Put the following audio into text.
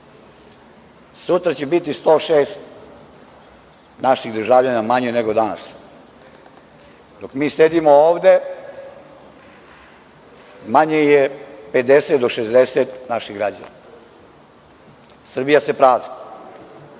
Sutra će biti 106 naših državljana manje nego danas. Dok mi sedimo ovde manje je 50 do 60 naših građana. Srbija se prazni.